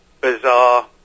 bizarre